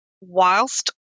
Whilst